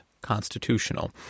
constitutional